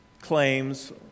claims